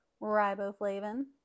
riboflavin